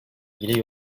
ilgili